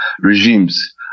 regimes